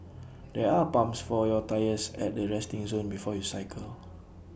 there are pumps for your tyres at the resting zone before you cycle